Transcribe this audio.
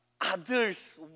others